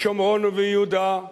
בשומרון וביהודה,